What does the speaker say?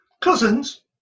Cousins